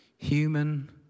Human